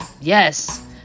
yes